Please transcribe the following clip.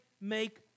make